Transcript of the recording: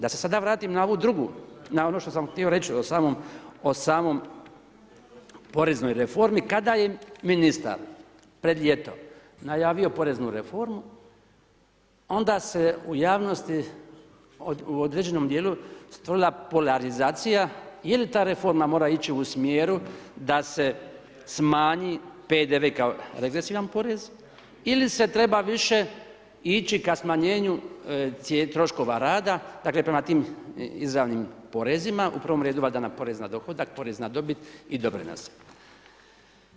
Da se sada vratim na ono što sam htio reći o samoj poreznoj reformi, kada je ministar pred ljeto najavio poreznu reformu onda se u javnosti u određenom dijelu stvorila polarizacija je li ta reforma mora ići u smjeru da se smanji PDV kao regresivan porez ili se treba više ići ka smanjenju troškova rada, dakle prema tim izravnim porezima, u prvom redu valjda porez na dohodak, porez na dobit i doprinose.